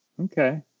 Okay